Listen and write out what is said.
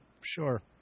sure